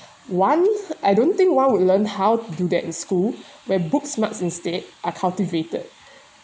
one I don't think one would learn how to do that in school where books marks instead are cultivated